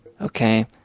Okay